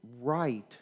right